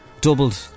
Doubled